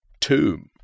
tomb